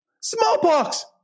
Smallpox